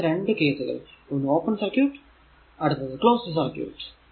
ഇതാണ് രണ്ടു കേസുകൾ ഒന്ന് ഓപ്പൺ സർക്യൂട് അടുത്ത് ക്ലോസ്ഡ് സർക്യൂട്